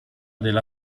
della